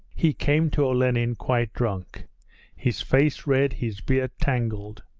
he came to olenin quite drunk his face red, his beard tangled,